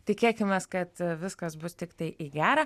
tikėkimės kad viskas bus tiktai į gera